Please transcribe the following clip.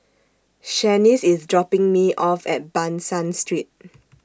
Shanice IS dropping Me off At Ban San Street